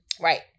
Right